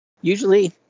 Usually